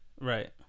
right